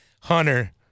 Hunter